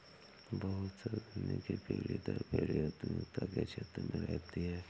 बहुत से उद्यमी की पीढ़ी दर पीढ़ी उद्यमिता के क्षेत्र में रहती है